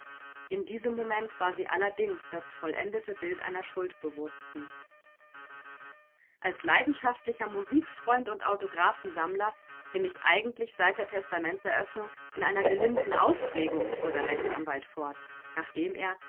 in diesem moment war sie allerdings das vollendete bild einer schuldbewußten als leidenschaftlicher musikfreund und autographensammler bin ich eigentlich seit der testamentseröffnung in einer gelinden aufregung fuhr der rechtsanwalt fort nachdem er